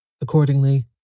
Accordingly